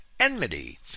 enmity